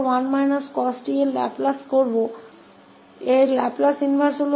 तो हमारे पास यह 1 cosके लाप्लास प्रतिलोम के परिणाम के रूप में है 1s ss21